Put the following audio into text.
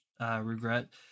regret